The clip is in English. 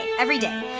every day.